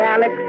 Alex